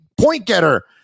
point-getter